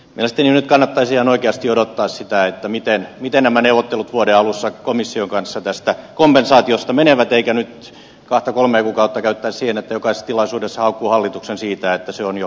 päästiin nyt kannattaisi on oikeasti odottaa sitä että mitään mitä nämä neuvottelut vuoden alussa komission kanssa tästä kompensaatiosta menevät eikä nyt kahta kolmen kautta käyttää siinä kaistilaisuudessa valituksen siitä että se on jo